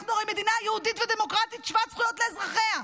אנחנו הרי מדינה יהודית ודמוקרטית שוות זכויות לאזרחיה.